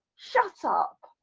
shut up.